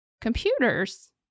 computers